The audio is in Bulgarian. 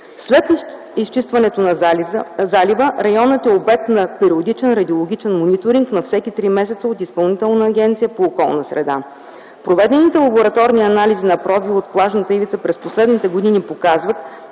След изчистването на залива районът е обект на периодичен радиологичен мониторинг на всеки три месеца от Изпълнителната агенция по околна среда. Проведените лабораторни анализи на проби от плажната ивица през последните години показват,